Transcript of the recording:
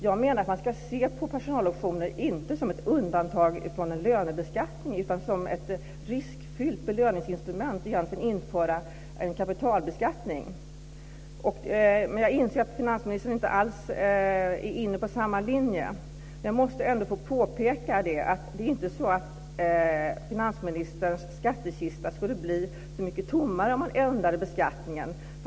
Man ska inte se på personaloptioner som ett undantag från en lönebeskattning utan som ett riskfyllt belöningsinstrument och därmed införa en kapitalbeskattning. Men jag inser att finansministern inte alls är inne på samma linje. Jag måste ändå få påpeka att det inte är så att finansministerns skattekista skulle bli så mycket tommare om man ändrade beskattningen.